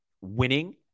winning